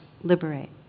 liberate